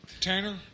Tanner